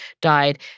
died